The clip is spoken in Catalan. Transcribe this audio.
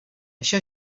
això